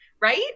right